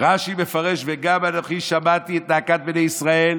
רש"י מפרש: וגם אנוכי שמעתי את נאקת בני ישראל.